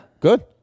Good